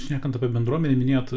šnekant apie bendruomenę minėjot